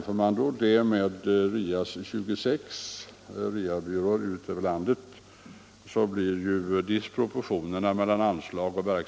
Förra året fick dessa 1 200 000 kr. och i år föreslås de få 1 600 000 kr.